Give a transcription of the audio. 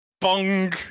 Bung